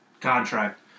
contract